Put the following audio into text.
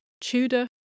Tudor